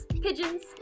pigeons